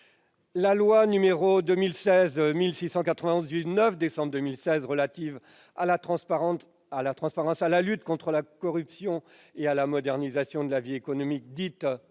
La loi n° 2016-1691 du 9 décembre 2016 relative à la transparence, à la lutte contre la corruption et à la modernisation de la vie économique, dite